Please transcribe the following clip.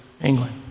England